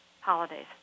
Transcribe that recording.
holidays